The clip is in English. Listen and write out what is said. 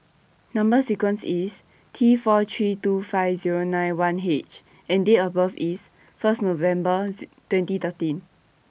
Number sequence IS T four three two five Zero nine one H and Date of birth IS First November twenty thirteen